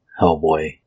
Hellboy